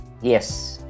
Yes